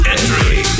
entry